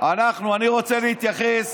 אני רוצה להתייחס